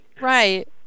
right